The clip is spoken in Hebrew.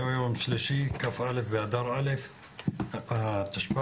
היום יום שלישי כ"א באדר א' התשפ"ב,